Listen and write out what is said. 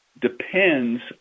depends